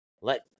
let